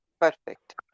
perfect